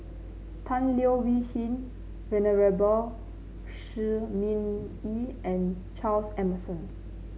Tan Leo Wee Hin Venerable Shi Ming Yi and Charles Emmerson